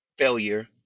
Failure